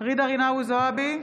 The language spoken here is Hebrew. ג'ידא רינאוי זועבי,